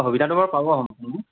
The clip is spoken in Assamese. সুবিধাতো বাৰু পাব